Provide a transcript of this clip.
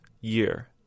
year